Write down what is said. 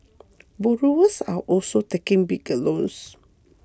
borrowers are also taking bigger loans